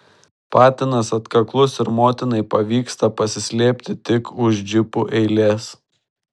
patinas atkaklus ir motinai pavyksta pasislėpti tik už džipų eilės